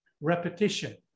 repetition